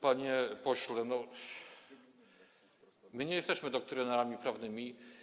Panie pośle, my nie jesteśmy doktrynerami prawnymi.